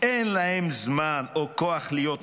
אין להם זמן או כוח להיות נחמדים.